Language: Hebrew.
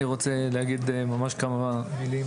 אני רוצה להגיד כמה מילים.